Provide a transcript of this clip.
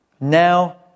Now